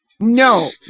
No